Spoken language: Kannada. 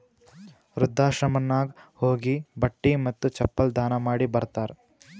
ವೃದ್ಧಾಶ್ರಮನಾಗ್ ಹೋಗಿ ಬಟ್ಟಿ ಮತ್ತ ಚಪ್ಪಲ್ ದಾನ ಮಾಡಿ ಬರ್ತಾರ್